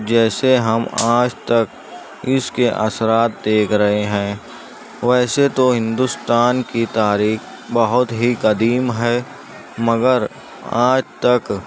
جیسے ہم آج تک اس کے اثرات دیکھ رہے ہیں ویسے تو ہندوستان کی تاریخ بہت ہی قدیم ہے مگر آج تک